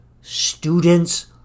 students